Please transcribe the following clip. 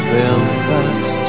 Belfast